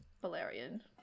Valerian